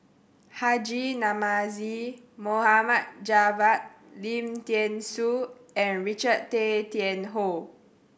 Haji Namazie Mohd Javad Lim Thean Soo and Richard Tay Tian Hoe